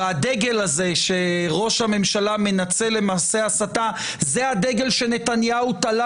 והדגל הזה שראש הממשלה מנצל למעשה הסתה זה הדגל שנתניהו תלה